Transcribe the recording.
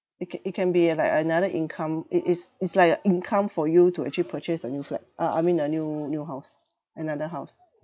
it can it can be a like another income it is is like a income for you to actually purchase a new flat uh I mean a new new house another house